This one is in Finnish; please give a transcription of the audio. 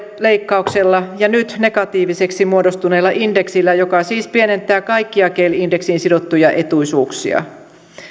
leikkauksella ja nyt negatiiviseksi muodostuneella indeksillä joka siis pienentää kaikkia kel indeksiin sidottuja etuisuuksia